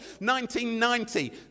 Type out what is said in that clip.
1990